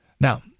Now